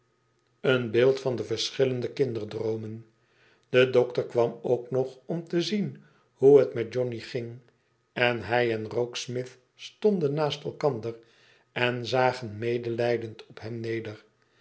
een beeld van de verschillende kinderdroomen de dokter kwam ook nog om te zien hoe het met johnny ging en hij en rokesmith stonden naast elkander en zagen medelijdend op hem neder